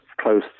close